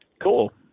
Cool